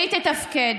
והיא תתפקד.